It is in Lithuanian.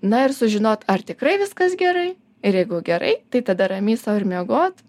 na ir sužinot ar tikrai viskas gerai ir jeigu gerai tai tada ramiai sau ir miegot